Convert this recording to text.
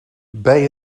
bij